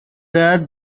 there